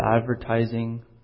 advertising